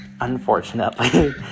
Unfortunately